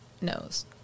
knows